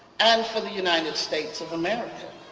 and for the united states of america.